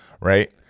right